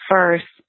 First